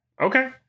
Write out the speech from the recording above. okay